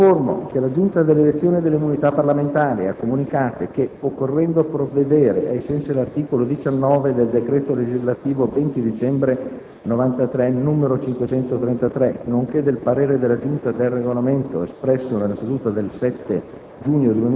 Informo che la Giunta delle elezioni e delle immunità parlamentari ha comunicato che, occorrendo provvedere, ai sensi dell'articolo 19 del decreto legislativo 20 dicembre 1993, n. 533, nonché del parere della Giunta per il Regolamento espresso nella seduta del 7 giugno